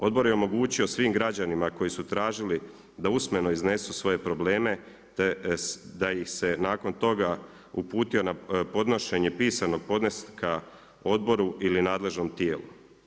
Odbor je omogućio svim građanima koji su tražili da usmeno iznesu svoje probleme, te da im se nakon toga uputio na podnošenje pisanog podneska odboru ili nadležnom tijelu.